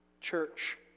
church